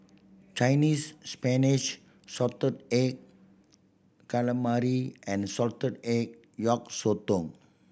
Chinese Spinach salted egg calamari and salted egg yolk sotong